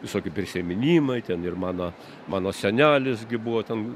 visokie prisiminimai ten ir mano mano senelis gi buvo ten